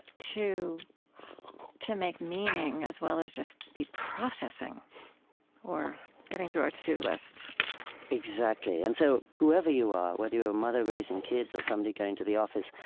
to to make meaning as well as just be processing or getting through our to-do lists exactly. and so whoever you are, whether you're a mother raising kids or somebody going to the office,